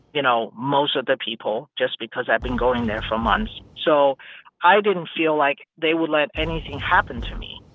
you know, most of the people just because i've been going there for months. so i didn't feel like they would let anything happen to me.